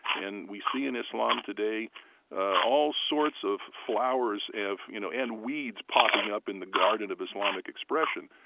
and we see in islam today all sorts of flowers of you know and weeds popping up in the garden of islamic expression,